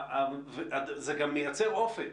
זה גם מייצר אופק.